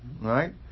right